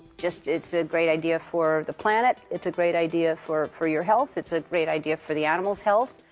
just, it's a great idea for the planet. it's a great idea for for your health. it's a great idea for the animals' health.